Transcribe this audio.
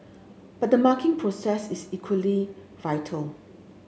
but the marking process is equally vital